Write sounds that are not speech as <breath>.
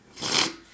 <breath>